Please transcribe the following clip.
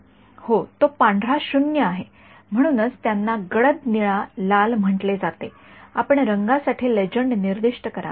होय तो पांढरा 0 आहे म्हणूनच त्यांना गडद निळा लाल म्हटले जाते आपण रंगासाठी लेजंड निर्दिष्ट कराल